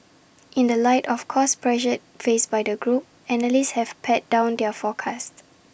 in the light of cost pressures faced by the group analysts have pared down their forecasts